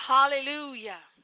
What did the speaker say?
Hallelujah